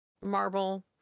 marble